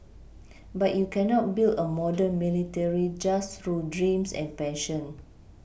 but you cannot build a modern military just through dreams and passion